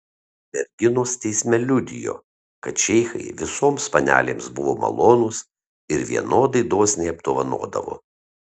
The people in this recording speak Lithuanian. merginos teisme liudijo kad šeichai visoms panelėms buvo malonūs ir vienodai dosniai apdovanodavo